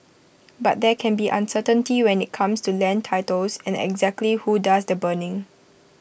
but there can be uncertainty when IT comes to land titles and exactly who does the burning